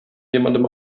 jemandem